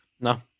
No